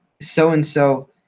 so-and-so